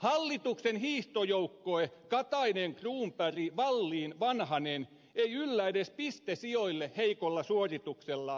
hallituksen hiihtojoukkue katainen cronberg wallin vanhanen ei yllä edes pistesijoille heikolla suorituksellaan